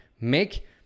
make